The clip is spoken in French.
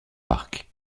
parcs